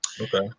Okay